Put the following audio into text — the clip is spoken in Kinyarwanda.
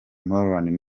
moreen